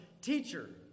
teacher